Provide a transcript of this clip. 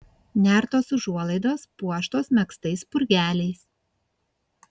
nertos užuolaidos puoštos megztais spurgeliais